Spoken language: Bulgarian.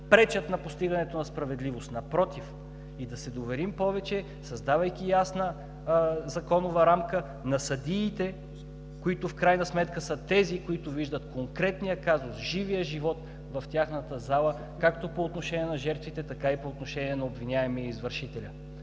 пречат на постигането на справедливост. Напротив, да се доверим повече, създавайки ясна законова рамка, на съдиите, които в крайна сметка са тези, които виждат конкретния казус, живия живот в тяхната зала както по отношение на жертвите, така и по отношение на обвиняемия и извършителя.